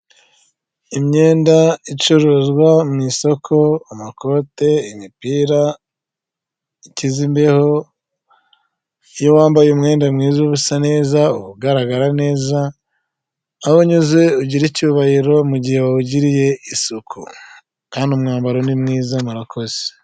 Imyenda icuruzwa mu isoko amakote, imipira ikiza imbeho, iyo wambaye umwenda mwiza una usa neza, uba ugaragara neza, aho unyuze ugire icyubahiro mugihe wawugiriye isuku kandi umwambaro ni mwiza, murakoze.